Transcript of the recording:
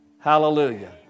Hallelujah